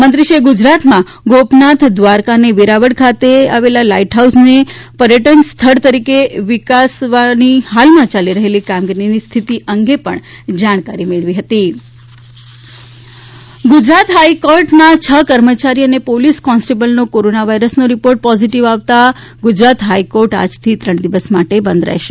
મંત્રીશ્રીએ ગુજરાતમાં ગોપનાથ દ્વારકા અને વેરાવળ ખાતે લાઇટહાઉસને પર્યટન સ્થળ તરીકે વિકાસવવાની હાલમાં ચાલી રહેલી કામગીરીની સ્થિતિ અંગે પણ જાણકારી મેળવી ગુજરાત હાઇકોર્ટના છ કર્મચારી અને પોલીસ કોન્સ્ટેબલનો કોરોના વાયરસનો રિપોર્ટર પોઝિટિવ આવતા હાઇકોર્ટ આજથી ત્રણ દિવસ માટે બંધ રહેશે